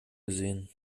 gesehen